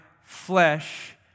flesh